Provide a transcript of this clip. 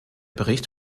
bericht